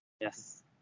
Yes